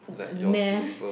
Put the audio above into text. math